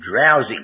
drowsy